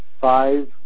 five